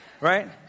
Right